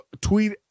tweet